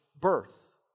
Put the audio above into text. birth